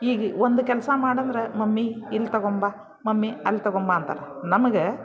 ಈಗ ಒಂದು ಕೆಲಸ ಮಾಡಂದ್ರೆ ಮಮ್ಮಿ ಇಲ್ಲಿ ತಗೊಂಡ್ಬಾ ಮಮ್ಮಿ ಅಲ್ಲಿ ತಗೊಂಡ್ಬಾ ಅಂತಾರೆ ನಮ್ಗೆ